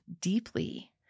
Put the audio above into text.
deeply